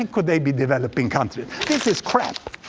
and could they be developing country? this is crap.